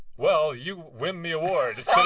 well, you win the award it's so